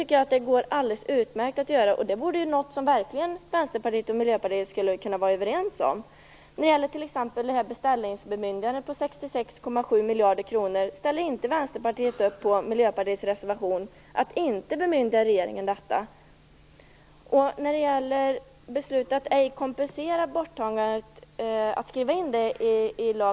Det går alldeles utmärkt att genomföra neddragningar i den takten. Miljöpartiet och Vänsterpartiet borde verkligen kunna vara överens om det. När det gäller t.ex. beställningsbemyndigandet på 66,7 miljarder kronor ställer inte Vänsterpartiet upp på Miljöpartiets reservation om att man inte skall bemyndiga regeringen detta.